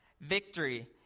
victory